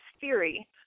theory